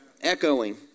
Echoing